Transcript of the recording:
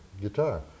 guitar